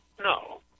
no